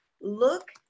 look